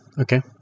okay